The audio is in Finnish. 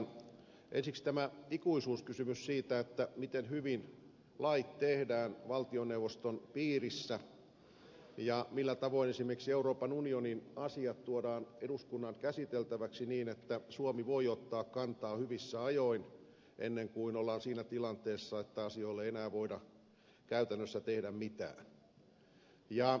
ensiksi tämä ikuisuuskysymys siitä miten hyvin lait tehdään valtioneuvoston piirissä ja millä tavoin esimerkiksi euroopan unionin asiat tuodaan eduskunnan käsiteltäväksi niin että suomi voi ottaa kantaa hyvissä ajoin ennen kuin ollaan siinä tilanteessa että asialle ei enää voida käytännössä tehdä mitään